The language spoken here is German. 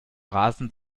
rasen